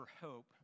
hope